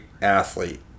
athlete